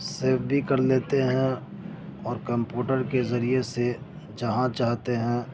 save بھی کر لیتے ہیں اور کمپوٹر کے ذریعے سے جہاں چاہتے ہیں